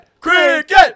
Cricket